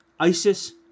Isis